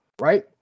right